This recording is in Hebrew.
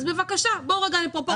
בבקשה, בוא ניכנס לפרופורציות.